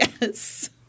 Yes